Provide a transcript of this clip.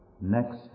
next